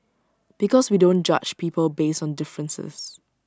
because we don't judge people based on differences